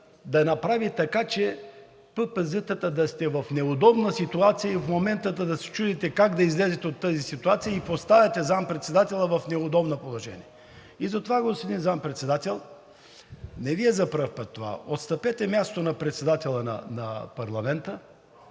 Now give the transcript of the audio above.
да направи така, че ПП да сте в неудобна ситуация и в момента да се чудите как да излезете от тази ситуация, и поставяте заместник-председателя в неудобно положение. И затова, господин Заместник-председател, не Ви е за пръв път това. Отстъпете мястото на председателя на парламента,